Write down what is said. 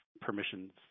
permissions